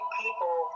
people